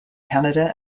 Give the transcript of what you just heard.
canada